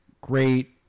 great